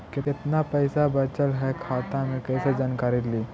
कतना पैसा बचल है खाता मे कैसे जानकारी ली?